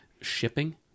shipping